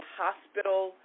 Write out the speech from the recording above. hospital